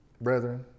brethren